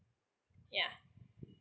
ya